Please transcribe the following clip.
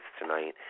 tonight